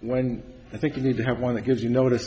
when i think you need to have one that gives you notice